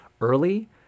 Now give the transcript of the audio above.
early